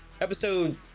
episode